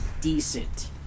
decent